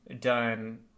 done